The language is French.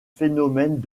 phénomènes